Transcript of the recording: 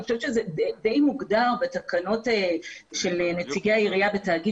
אני חושבת שזה די מוגדר בתקנות של נציגי העירייה בתאגיד